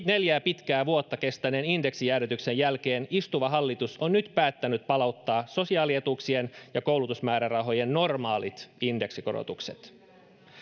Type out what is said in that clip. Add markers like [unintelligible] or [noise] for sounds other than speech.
[unintelligible] neljä pitkää vuotta kestäneen indeksijäädytyksen jälkeen istuva hallitus on nyt päättänyt palauttaa sosiaalietuuksien ja koulutusmäärärahojen normaalit indeksikorotukset